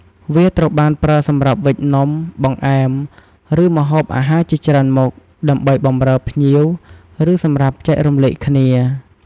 វាត្រូវបានប្រើសម្រាប់វេចនំ បង្អែម ឬម្ហូបអាហារជាច្រើនមុខ ដើម្បីបម្រើភ្ញៀវ ឬសម្រាប់ចែករំលែកគ្នា។